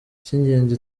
icy’ingenzi